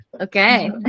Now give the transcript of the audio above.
Okay